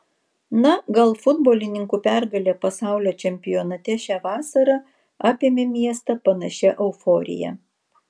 na gal futbolininkų pergalė pasaulio čempionate šią vasarą apėmė miestą panašia euforija